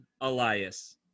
Elias